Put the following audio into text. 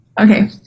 Okay